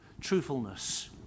Truthfulness